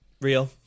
Real